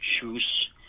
choose